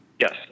Yes